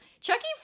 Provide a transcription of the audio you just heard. Chucky